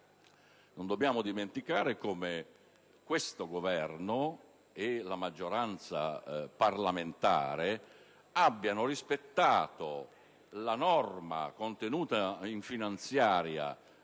Non dobbiamo dimenticare come questo Governo e la maggioranza parlamentare abbiano rispettato la norma contenuta nella finanziaria